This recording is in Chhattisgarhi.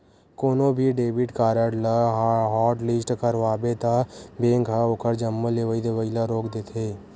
कोनो भी डेबिट कारड ल हॉटलिस्ट करवाबे त बेंक ह ओखर जम्मो लेवइ देवइ ल रोक देथे